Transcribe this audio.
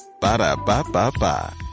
Ba-da-ba-ba-ba